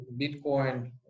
Bitcoin